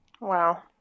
Wow